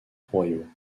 royaux